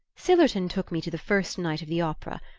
sillerton took me to the first night of the opera,